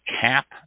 Cap